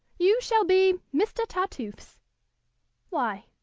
you shall be mister tartuffe's why,